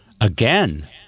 again